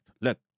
Look